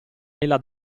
nella